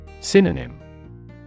Synonym